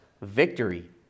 victory